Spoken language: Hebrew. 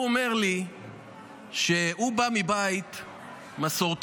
הוא אומר לי שהוא בא מבית מסורתי,